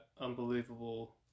unbelievable